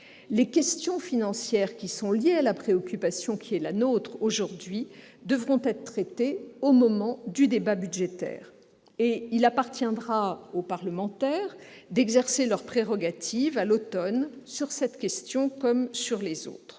Les questions financières liées à la préoccupation qui est la nôtre aujourd'hui devront être traitées au moment du débat budgétaire, et il appartiendra aux parlementaires d'exercer leurs prérogatives à l'automne, sur cette question comme sur les autres.